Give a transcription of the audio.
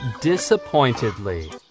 disappointedly